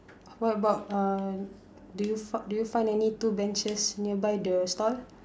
what about uh did you f~ did you find any two benches nearby the stall